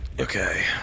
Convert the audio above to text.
okay